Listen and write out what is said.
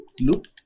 Loop